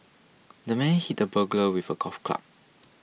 the man hit the burglar with a golf club